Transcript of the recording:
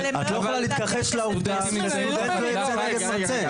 אבל את לא יכולה להתכחש לעובדה שסטודנט לא ייצא נגד מרצה.